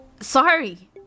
Sorry